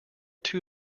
two